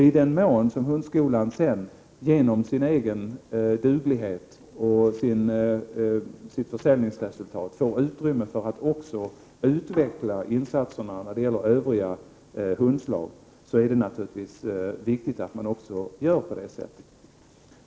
I den mån hundskolan sedan genom sin egen duglighet och sitt försäljningsresultat får utrymme för att även utveckla insatser när det gäller övriga hundslag, är det naturligtvis viktigt att den får göra det.